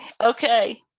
Okay